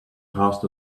cast